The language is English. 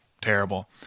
terrible